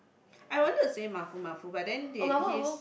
I wanted to say Mafu Mafu but then they he's